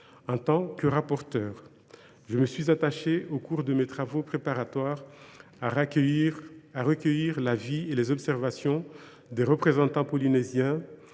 En tant que rapporteur, je me suis attaché, au cours des travaux préparatoires de la commission, à recueillir l’avis et les observations des représentants polynésiens,